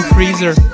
Freezer